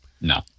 No